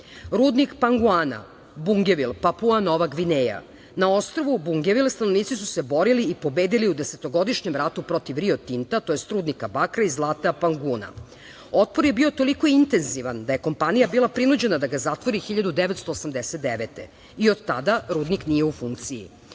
Boronu. Rudnik Panguana, Bungevil, Papua Nova Gvineja. Na ostrvu Bungevil stanovnici su se borili i pobedili u desetogodišnjem ratu protiv Rio Tinta, tj. rudnika bakra i zlata „Panguana“. Otpor je bio toliko intenzivan da je kompanija bila prinuđena da ga zatvori 1989. godine i od tada rudnik nije u funkciji. Grupna